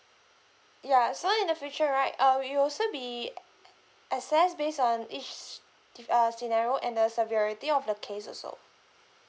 ya so in the future right uh you'll also be access based on each diff~ uh scenario and the severity of the case also